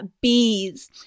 Bees